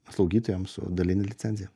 slaugytojams su daline licenzija